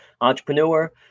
entrepreneur